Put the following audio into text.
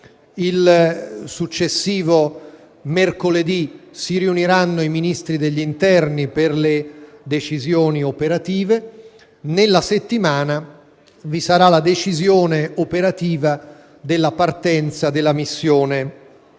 Il successivo mercoledì si riuniranno i Ministri dell'interno per le decisioni operative. Nella settimana vi sarà la decisione operativa della partenza della missione